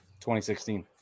2016